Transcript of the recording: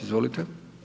Izvolite.